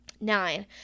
Nine